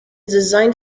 designed